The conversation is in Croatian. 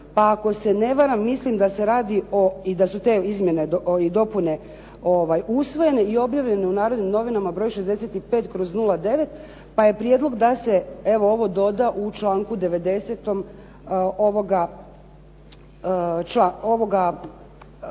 pa ako se ne varam mislim da se radi i da su te izmjene i dopune usvojene i objavljene u "Narodnim novinama" br. 65/09. pa je prijedlog da se evo doda u članku 90. ovoga